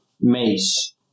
mace